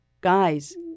Guys